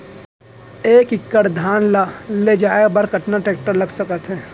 एक एकड़ धान ल ले जाये बर कतना टेकटर लाग सकत हे?